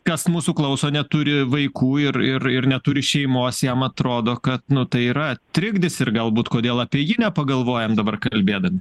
kas mūsų klauso neturi vaikų ir ir ir neturi šeimos jam atrodo kad nu tai yra trikdis ir galbūt kodėl apie jį nepagalvojam dabar kalbėdami